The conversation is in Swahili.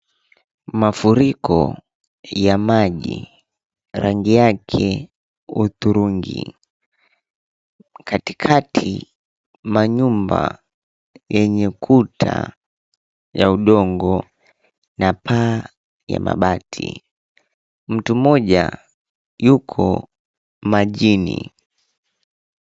Mafuriko ya maji rangi yake hudhurungi, katikati manyumba yenye kuta ya udongo na paa ya mabati. Mtu mmoja yuko majini.